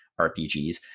RPGs